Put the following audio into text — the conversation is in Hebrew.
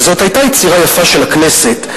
וזאת היתה יצירה יפה של הכנסת,